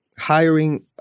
Hiring